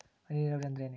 ಹನಿ ನೇರಾವರಿ ಅಂದ್ರೇನ್ರೇ?